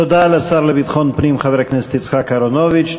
תודה לשר לביטחון פנים חבר הכנסת יצחק אהרונוביץ.